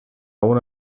una